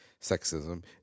sexism